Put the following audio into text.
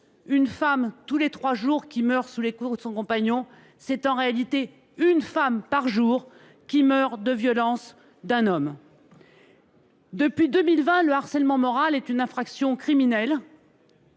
une femme tous les trois jours qui meurt sous les coups de son compagnon : c’est, en réalité, une femme par jour qui meurt des violences d’un homme. Depuis 2020, le harcèlement moral est une infraction criminelle.